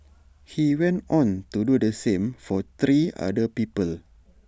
he went on to do the same for three other people